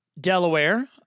Delaware